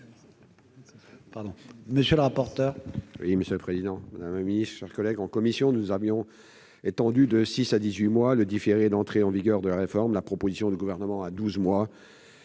Monsieur le rapporteur,